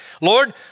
Lord